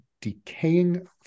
decaying